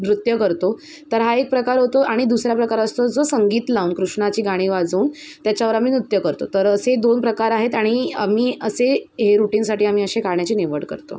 नृत्य करतो तर हा एक प्रकार होतो आणि दुसरा प्रकार असतो जो संगीत लावून कृष्णाची गाणी वाजवून त्याच्यावर आम्ही नृत्य करतो तर असे दोन प्रकार आहेत आणि आम्ही असे हे रूटीनसाठी आम्ही असे गाण्याची निवड करतो